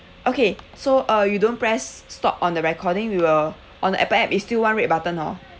okay so uh you don't press stop on the recording we will on appen app is still one red button hor